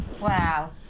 Wow